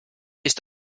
ist